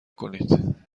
کنید